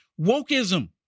Wokeism